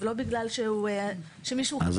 ולא בגלל שמישהו חושב שזה לא חשוב.